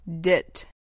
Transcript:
Dit